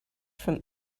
from